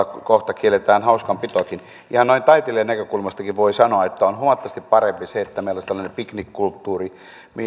kohta kielletään hauskanpitokin ihan noin taiteilijan näkökulmastakin voin sanoa että on huomattavasti parempi se että meillä olisi tällainen piknikkulttuuri